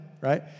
Right